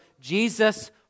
Jesus